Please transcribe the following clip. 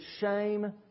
shame